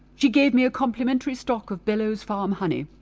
she gave me a complimentary stock of bellows farm honey.